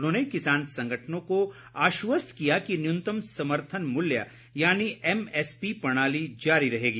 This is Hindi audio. उन्होंने किसान संगठनों को आश्वस्त किया कि न्यूनतम समर्थन मूल्य यानि एमएसपी प्रणाली जारी रहेगी